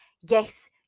yes